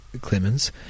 Clemens